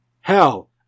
Hell